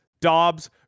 Dobbs